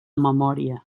memòria